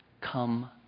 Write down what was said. Come